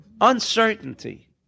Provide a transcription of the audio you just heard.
Uncertainty